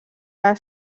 les